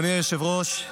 אדוני היושב-ראש,